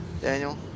Daniel